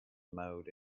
mode